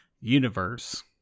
universe